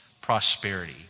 prosperity